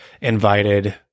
invited